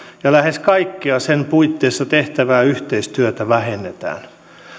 ja lähes kaikkea sen puitteissa tehtävää yhteistyötä vähennetään